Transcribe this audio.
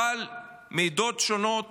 אבל מעדות שונות